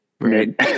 right